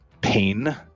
pain